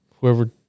whoever